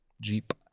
Jeep